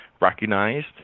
recognized